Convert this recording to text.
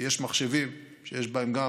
כי יש מחשבים שיש בהם גם